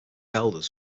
elders